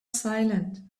silent